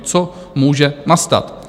Co může nastat?